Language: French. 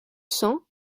cents